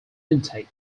intake